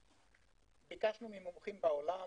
ביקשנו ממומחים בעולם